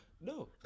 No